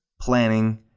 planning